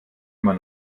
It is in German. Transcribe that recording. immer